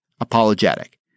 apologetic